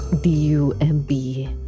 d-u-m-b